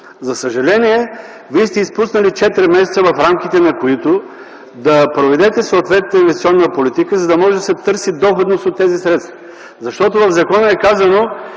За съжаление, Вие сте изпуснали четири месеца, в рамките на които да проведете съответна инвестиционна политика, за да може да се търси доходност от тези средства. В закона е казано,